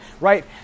right